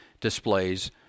displays